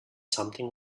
something